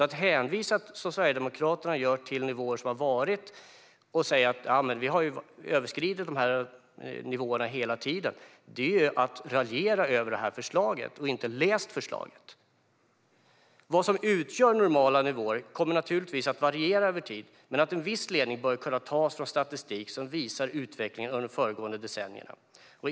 Att som Sverigedemokraterna hänvisa till nivåer som har varit och säga att vi har överskridit nivåerna hela tiden är att raljera över förslaget, och då har man inte läst förslaget. Vad som utgör normala nivåer kommer naturligtvis att variera över tid, men en viss ledning bör kunna tas från statistik som visar utvecklingen under de föregående decennierna.